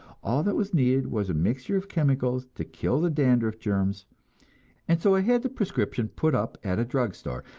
all that was needed was a mixture of chemicals to kill the dandruff germs and so i had the prescription put up at a drug store,